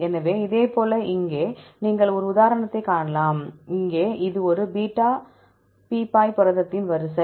எனவே இதேபோல் இங்கே நீங்கள் ஒரு உதாரணத்தைக் காணலாம் இங்கே இது ஒரு பீட்டா பீப்பாய் புரதத்தின் வரிசை